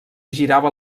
girava